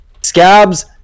Scabs